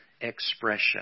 expression